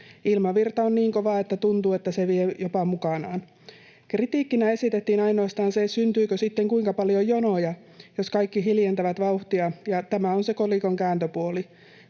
Ilmavirta on niin kova, että tuntuu, että se vie jopa mukanaan. Kritiikkinä esitettiin ainoastaan se, syntyykö sitten kuinka paljon jonoja, jos kaikki hiljentävät vauhtia, ja tämä on se kolikon kääntöpuoli.